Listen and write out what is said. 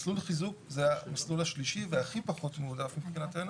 מסלול חיזוק זה המסלול השלישי והכי פחות מועדף מבחינתנו.